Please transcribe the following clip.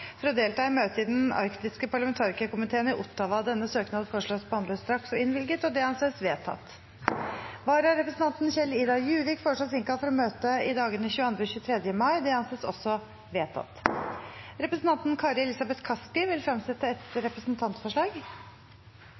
for å delta i møte i Den arktiske parlamentarikerkomiteen i Ottawa. Etter forslag fra presidenten ble enstemmig besluttet: Søknaden behandles straks og innvilges. Vararepresentanten Kjell Idar Juvik innkalles for å møte i dagene 22. og 23. mai. Representanten Kari Elisabeth Kaski vil fremsette et representantforslag.